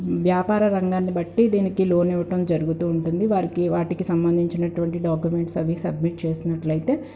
వ్యాపార రంగాన్ని బట్టి దీనికి లోన్ ఇవ్వటం జరుగుతూ ఉంటుంది వారికి వాటికి సంబంధించినటువంటి డాక్యుమెంట్స్ అవి సబ్మిట్ చేసినట్లయితే